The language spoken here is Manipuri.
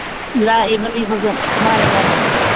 ꯂꯥꯛꯏꯕꯅꯤ ꯑꯩꯈꯣꯏꯁꯨ ꯃꯥꯅꯦ ꯃꯥꯅꯦ